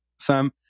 Sam